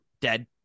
dead